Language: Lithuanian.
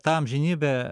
ta amžinybė